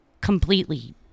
completely